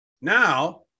Now